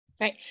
right